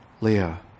Leah